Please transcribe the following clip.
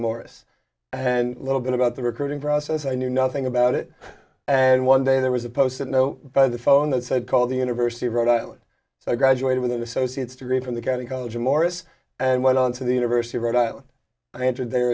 morris and little bit about the recruiting process i knew nothing about it and one day there was a post that know by the phone that said call the university of rhode island so i graduated with an associates degree from the kind of college morris and went on to the university of rhode island i entered there